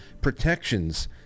protections